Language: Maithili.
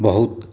बहुत